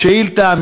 השאילתה,